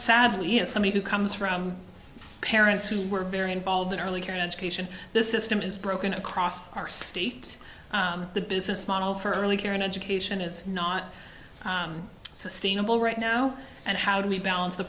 sadly is somebody who comes from parents who were very involved in early care education this is tim is broken across our state the business model for early care and education it's not sustainable right now and how do we balance the